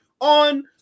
on